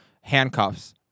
handcuffs